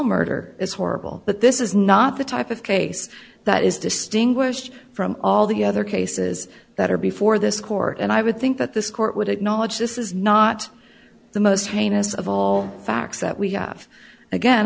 murder is horrible but this is not the type of case that is distinguished from all the other cases that are before this court and i would think that this court would acknowledge this is not the most heinous of all facts that we have again